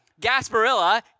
Gasparilla